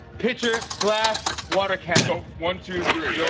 pitcher, glass, water cannon. one, two, three, right?